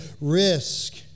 risk